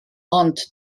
ond